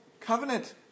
Covenant